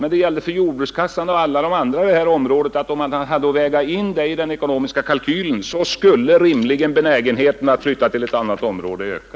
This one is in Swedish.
Men det gällde för jordbrukskassan och alla de andra i det här området att om man hade att väga in detta i den ekonomiska kalkylen, så skulle rimligen benägenheten att flytta till ett annat område öka.